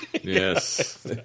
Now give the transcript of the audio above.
Yes